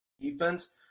defense